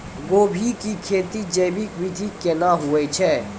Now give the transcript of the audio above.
गोभी की खेती जैविक विधि केना हुए छ?